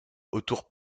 autour